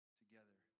together